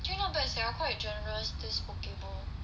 actually not bad sia quite generous this poke bowl